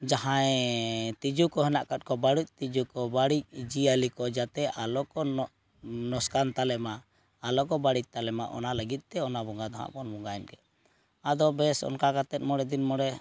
ᱡᱟᱦᱟᱸᱭᱻ ᱛᱤᱡᱩ ᱠᱚ ᱦᱮᱱᱟᱜ ᱟᱠᱟᱫ ᱠᱚᱣᱟ ᱵᱟᱹᱲᱤᱡ ᱛᱤᱡᱩ ᱠᱚ ᱵᱟᱹᱲᱤᱡ ᱡᱤᱭᱟᱹᱞᱤ ᱠᱚ ᱡᱟᱛᱮ ᱟᱞᱚ ᱠᱚ ᱞᱚᱥᱠᱟᱱ ᱛᱟᱞᱮᱢᱟ ᱟᱞᱚ ᱠᱚ ᱵᱟᱹᱲᱤᱡ ᱛᱟᱞᱮᱢᱟ ᱚᱱᱟ ᱞᱟᱹᱜᱤᱫᱛᱮ ᱚᱱᱟ ᱵᱚᱸᱜᱟ ᱫᱚ ᱦᱟᱸᱜᱼᱵᱚᱱ ᱵᱚᱸᱜᱟᱭᱮᱱ ᱜᱮ ᱟᱫᱚ ᱵᱮᱥ ᱚᱱᱠᱟ ᱠᱟᱛᱮᱫ ᱢᱚᱬᱮ ᱫᱤᱱ ᱢᱚᱬᱮ